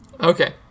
Okay